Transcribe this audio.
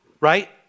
Right